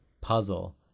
puzzle